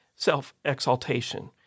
self-exaltation